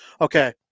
Okay